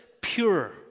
Pure